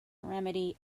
remedy